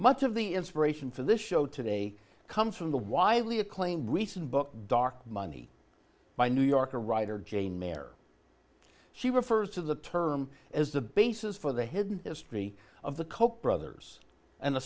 much of the inspiration for this show today comes from the widely acclaimed recent book dark money by new yorker writer jane mayer she refers to the term as the basis for the hidden history of the koch brothers and a